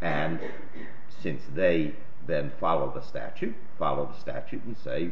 and since they them follow the statute follow the statute and say